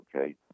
okay